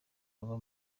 baba